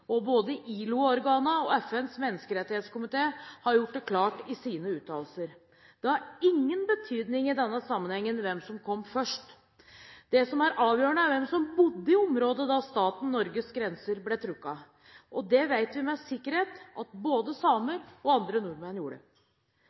og både ILO-organene og FNs menneskerettskomité har gjort det klart i sine uttalelser. Det har ingen betydning i denne sammenhengen hvem som kom først. Det som er avgjørende, er hvem som bodde i området da staten Norges grenser ble trukket. Det vet vi med sikkerhet at både samer og andre nordmenn gjorde.